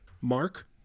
Mark